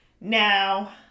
Now